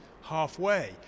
halfway